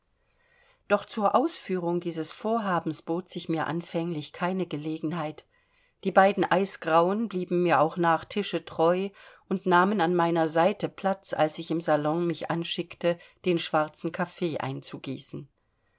doch zur ausführung dieses vorhabens bot sich mir anfänglich keine gelegenheit die beiden eisgrauen blieben mir auch nach tische treu und nahmen an meiner zeite platz als ich im salon mich anschickte den schwarzen kaffee einzugießen